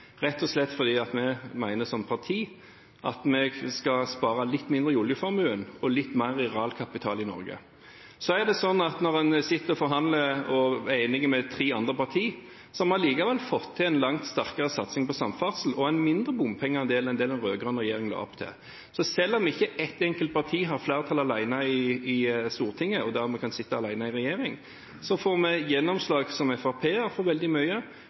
rett og slett fordi vi som parti mener at vi skal spare litt mindre i oljeformue og litt mer i realkapital i Norge. Så er det sånn at selv om vi sitter og forhandler og er enige med tre andre partier, har vi fått til en langt sterkere satsing på samferdsel og en mindre bompengeandel enn det den rød-grønne regjeringen la opp til. Så selv om ikke et enkelt parti har flertall alene i Stortinget og dermed kan sitte alene i regjering, får Fremskrittspartiet gjennomslag for veldig mye,